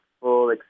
full